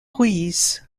ruiz